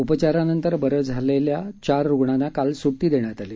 उपचारानंतर बरे झालेल्या चार रुग्णांना काल सुटी देण्यात आली